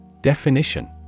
Definition